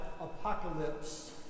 apocalypse